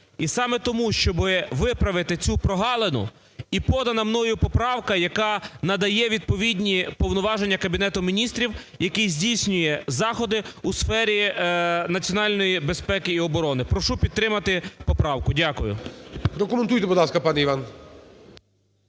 І саме тому, щоб виправити цю прогалину, і подана мною поправка, яка надає відповідні повноваження Кабінету Міністрів, який здійснює заходи у сфері національної безпеки і оборони. Прошу підтримати поправку. Дякую. ГОЛОВУЮЧИЙ. Прокоментуйте, будь ласка, пане Іван.